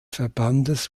verbandes